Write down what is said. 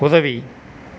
உதவி